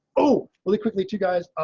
oh, really quickly to guys,